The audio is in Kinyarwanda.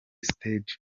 stage